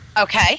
Okay